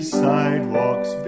sidewalks